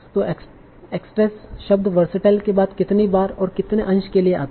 तो एक्ट्रेस शब्द वर्सटाइल के बाद कितनी बार और कितने अंश के लिए आता है